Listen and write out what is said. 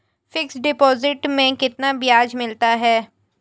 Fix deposit में कितना ब्याज मिलता है?